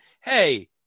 hey